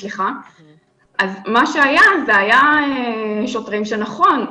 במקום זה היו שוטרים נכון,